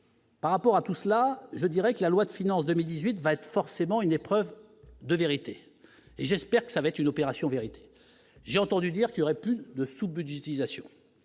Par rapport à tout cela, je dirais que la loi de finances 2018 va être forcément une épreuve de vérité, j'espère que ça va être une opération vérité j'ai entendu dire qu'il aurait pu, de sous-budgétisation